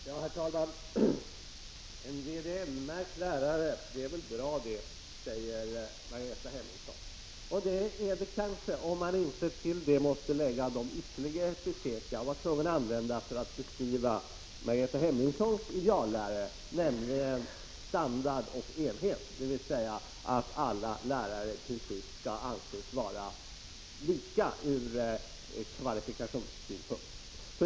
Herr talman! En VDN-märkt lärare är väl bra, säger Margareta Hemmingsson. Det är det kanske, om man inte till denna VDN-märkning måste lägga de ytterligare epitet som jag var tvungen att använda för att beskriva Margareta Hemmingssons ideallärare, nämligen standard och enhet. Alla lärare skall alltså i princip anses vara lika ur kvalifikationssynpunkt.